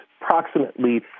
approximately